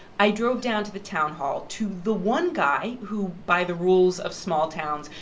i drove down to the town hall to the one guy who, by the rules of small towns,